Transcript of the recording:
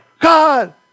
God